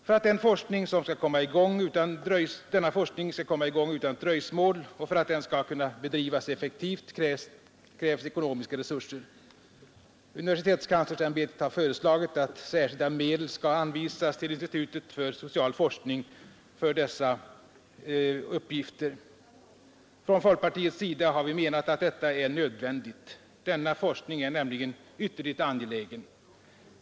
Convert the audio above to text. För att denna forskning skall komma i gång utan dröjsmål och för att den skall kunna bedrivas effektivt krävs ekonomiska resurser. Universitetskanslersämbetet har föreslagit att särskilda medel skall anvisas till institutet för social forskning för dessa uppgifter. Från folkpartiets sida har vi menat att detta är nödvändigt. Denna forskning är nämligen ytterligt angelägen.